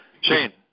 Shane